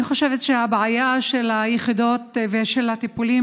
אני חושבת שהבעיה של היחידות ושל הטיפולים